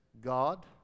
God